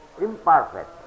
imperfect